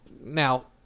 now